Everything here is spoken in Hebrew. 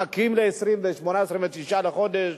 מחכים ל-28 ו-29 לחודש,